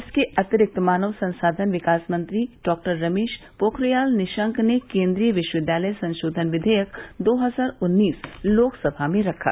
इसके अतिरिक्त मानव संसाधन विकास मंत्री डॉक्टर रमेश पोखरियाल निशंक ने केन्द्रीय विश्वविद्यालय संशोधन विधेयक दो हजार उन्नीस लोकसभा में रखा